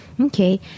Okay